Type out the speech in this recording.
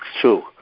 true